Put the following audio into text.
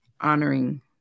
honoring